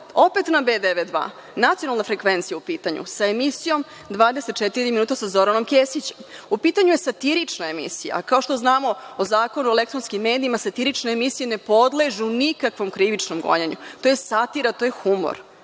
opet na B92, nacionalna frekvencija je u pitanju sa emisijom „24 minuta sa Zoranom Kesićem“. U pitanju je satirična emisija, a kao što znamo o Zakonu o elektronskim medijima satirične emisije ne podležu nikakvom krivičnom gonjenju, to je satira, to je humor.